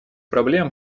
проблем